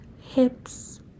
hips